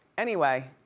anyway,